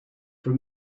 for